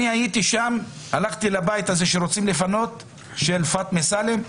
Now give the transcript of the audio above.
אני הלכתי לבית הזה שם שרוצים לפנות של פאטמה סאלם,